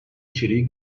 içeriği